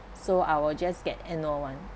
so I will just get annual one